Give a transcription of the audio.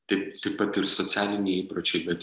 taip taip pat ir socialiniai įpročiai bet